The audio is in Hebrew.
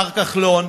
השר כחלון,